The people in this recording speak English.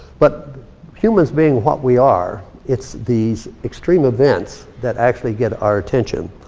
but humans being what we are, it's these extreme events that actually get our attention.